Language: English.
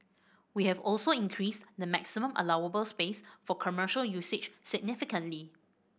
we have also increased the maximum allowable space for commercial usage significantly